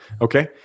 okay